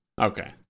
Okay